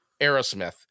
Aerosmith